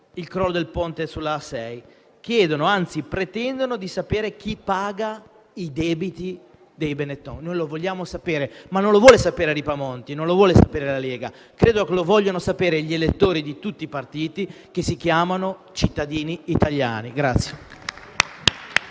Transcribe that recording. il crollo del ponte sulla A6 chiedono e, anzi, pretendono di sapere chi paga i debiti dei Benetton. Lo vogliamo sapere. Non lo vuole sapere Ripamonti o la Lega: credo lo vogliano sapere gli elettori di tutti i partiti che si chiamano cittadini italiani.